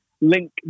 link